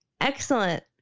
Excellent